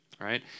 right